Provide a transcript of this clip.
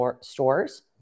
stores